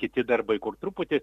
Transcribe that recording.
kiti darbai kur truputį